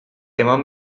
eman